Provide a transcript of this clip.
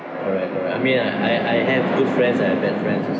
alright alright I mean I I have good friends I have bad friends also